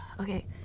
Okay